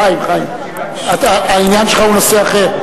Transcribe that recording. חיים, העניין שלך הוא נושא אחר.